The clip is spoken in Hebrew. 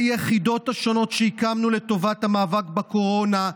היחידות השונות שהקמנו לטובת המאבק בקורונה,